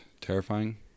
terrifying